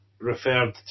referred